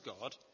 God